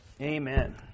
Amen